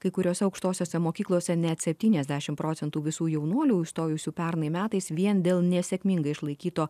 kai kuriose aukštosiose mokyklose net septyniasdešim procentų visų jaunuolių įstojusių pernai metais vien dėl nesėkmingai išlaikyto